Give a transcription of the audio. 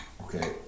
Okay